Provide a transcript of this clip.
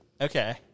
Okay